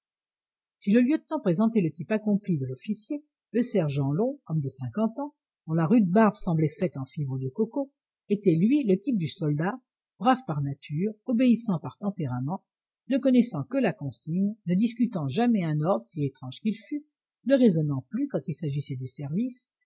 si le lieutenant présentait le type accompli de l'officier le sergent long homme de cinquante ans dont la rude barbe semblait faite en fibres de coco était lui le type du soldat brave par nature obéissant par tempérament ne connaissant que la consigne ne discutant jamais un ordre si étrange qu'il fût ne raisonnant plus quand il s'agissait du service